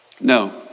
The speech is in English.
No